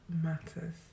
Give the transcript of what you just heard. matters